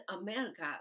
America